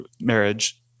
marriage